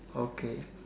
okay